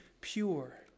pure